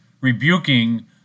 rebuking